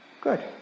Good